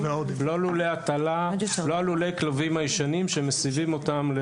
לא לולי הטלה, לא לולי הכלובים הישנם שמסבים אותם.